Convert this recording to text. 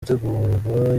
gutegurwa